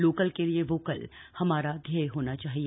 local के लिए vocal हमारा ध्येय होना चाहिए